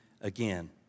again